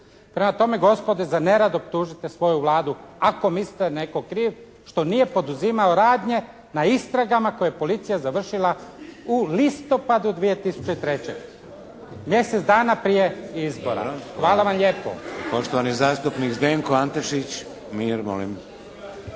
Prema tome, gospodo za nerad optužite svoju Vladu ako mislite da je netko kriv što nije poduzimao radnje na istragama koje je policija završila u listopadu 2003., mjesec dana prije izbora. Hvala vam lijepo. **Šeks, Vladimir